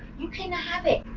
you cannot have it.